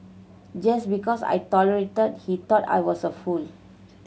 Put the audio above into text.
just because I tolerated he thought I was a fool